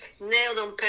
Nailed-on